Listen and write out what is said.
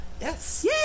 yes